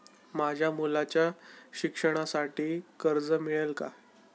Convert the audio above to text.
माझ्या मुलाच्या शिक्षणासाठी कर्ज मिळेल काय?